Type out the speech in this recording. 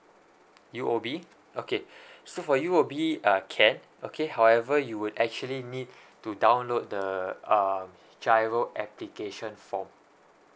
U_O_B okay so for U_O_B uh can okay however you would actually need to download the um G_I_R_O application form